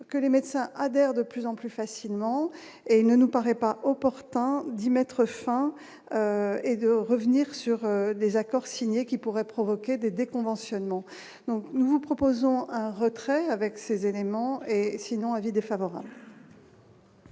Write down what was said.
que les médecins adhère de plus en plus facilement et ne nous paraît pas opportun d'y mettre fin et de revenir sur les accords signés qui pourrait provoquer des déconventionnement donc nous vous proposons un retrait avec ces éléments et sinon avis défavorable.